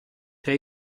tra